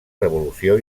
revolució